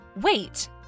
Wait